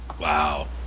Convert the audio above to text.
Wow